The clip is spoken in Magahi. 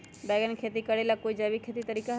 बैंगन के खेती भी करे ला का कोई जैविक तरीका है?